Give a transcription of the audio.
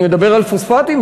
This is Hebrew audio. אני מדבר על פוספטים?